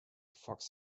fox